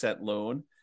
loan